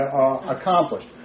accomplished